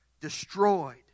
destroyed